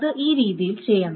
അത് ഈ രീതിയിൽ ചെയ്യണം